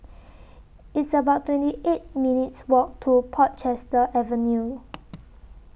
It's about twenty eight minutes' Walk to Portchester Avenue